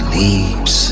leaves